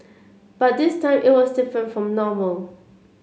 but this time it was different from normal